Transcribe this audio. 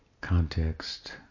context